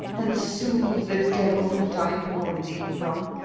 and soothe the devil that i warn thee from?